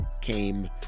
came